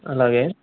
అలాగే